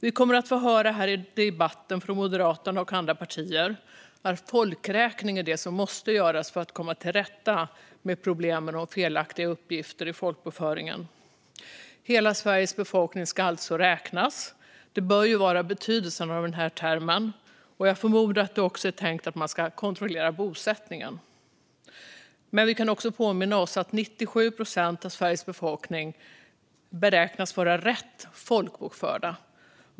Vi kommer i debatten att få höra Moderaterna och andra partier säga att en folkräkning är det som måste göras för att komma till rätta med problemen med felaktiga uppgifter i folkbokföringen. Att hela Sveriges befolkning ska räknas bör vara betydelsen av denna term, och jag förmodar att det också är tänkt att bosättningen ska kontrolleras. Men låt mig påminna om att 97 procent av Sveriges befolkning beräknas vara rätt folkbokförda.